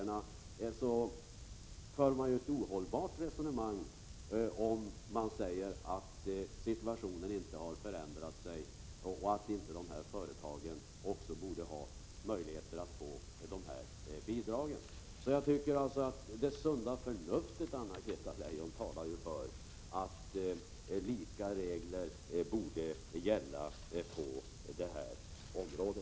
Man för ett ohållbart resonemang om man säger att situationen inte har förändrats och att dessa företag inte bör ha möjligheter att få sådana här bidrag. De uppfyller ju kriterierna. Jag tycker, Anna-Greta Leijon, att det sunda förnuftet talar för att lika regler borde gälla på detta område.